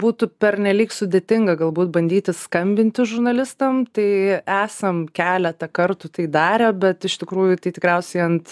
būtų pernelyg sudėtinga galbūt bandyti skambinti žurnalistam tai esam keletą kartų tai darę bet iš tikrųjų tai tikriausiai ant